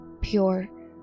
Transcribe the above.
pure